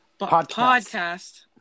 Podcast